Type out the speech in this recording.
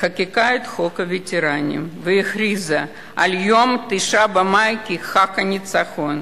חוקקה את חוק הווטרנים והכריזה על יום ה-9 במאי כחג הניצחון.